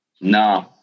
No